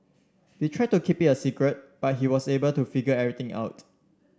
they tried to keep it a secret but he was able to figure everything out